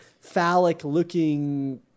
phallic-looking